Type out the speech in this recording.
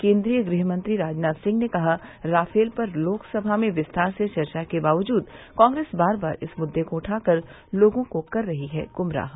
केन्द्रीय गृहमंत्री राजनाथ सिंह ने कहा राफेल पर लोकसभा में विस्तार से चर्चा के बावजूद कांग्रेस बार बार इस मुद्दे को उठाकर लोगों को कर रही है गुमराह